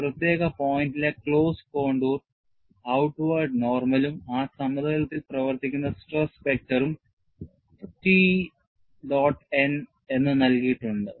ഒരു പ്രത്യേക പോയിന്റിലെ ക്ലോസ്ഡ് കോണ്ടൂർ ഔട്വാർഡ് നോർമലും ആ സമതലത്തിൽ പ്രവർത്തിക്കുന്ന സ്ട്രെസ് വെക്റ്ററും T n എന്ന് നൽകിയിട്ടുണ്ട്